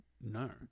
No